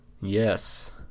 Yes